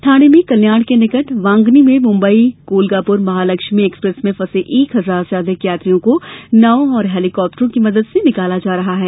ठाणे में कल्याण के निकट वांगनी में मुम्बई कोलगापुर महालक्ष्मी एक्सप्रेस में फंसे एक हजार से अधिक यात्रियों को नावों और हेलिकाप्टरों की मदद से निकाला जा रहा है